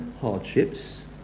hardships